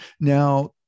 Now